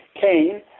Cain